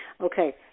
Okay